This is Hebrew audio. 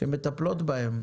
שמטפלות בהם.